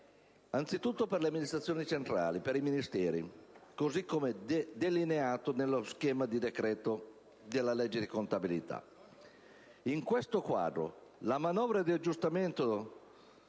anzitutto per le amministrazioni centrali, i Ministeri, così come delineato nello schema di decreto attuativo della legge di contabilità. In questo quadro, la manovra di aggiustamento